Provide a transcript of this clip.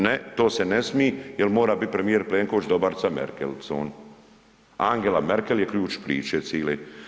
Ne, to se ne smije jer mora biti premijer Plenković dobar sa Merkelicom, Angela Merkel je ključ priče cile.